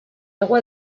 agua